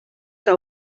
que